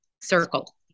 circle